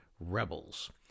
rebels